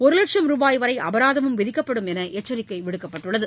ஒரு வட்சம் ரூபாய் வரை அபராதமும் விதிக்கப்படும் என்று எச்சரிக்கை விடுக்கப்பட்டுள்ளது